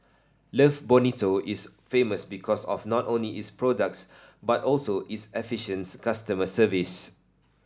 love Bonito is famous because of not only its products but also its efficients customer service